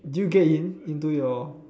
did you get in into your